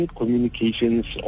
communications